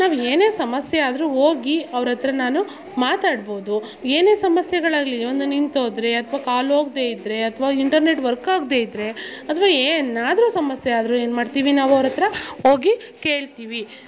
ನಾವು ಏನೇ ಸಮಸ್ಯೆ ಆದರೂ ಹೋಗಿ ಅವ್ರ ಹತ್ರ ನಾನು ಮಾತಾಡ್ಬೋದು ಏನೇ ಸಮಸ್ಯೆಗಳಾಗಲಿ ಒಂದು ನಿಂತೋದ್ರೆ ಅಥ್ವಾ ಕಾಲು ಹೋಗ್ದೆ ಇದ್ದರೆ ಅಥ್ವಾ ಇಂಟರ್ನೆಟ್ ವರ್ಕ್ ಆಗದೇ ಇದ್ದರೆ ಅಥ್ವಾ ಏನಾದರೂ ಸಮಸ್ಯೆ ಆದರೂ ಏನು ಮಾಡ್ತೀವಿ ನಾವು ಅವ್ರ ಹತ್ರ ಹೋಗಿ ಕೇಳ್ತೀವಿ